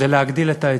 והיא להגדיל את ההיצע,